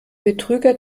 betrüger